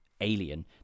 alien